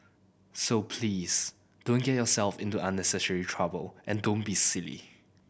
so please don't get yourself into unnecessary trouble and don't be silly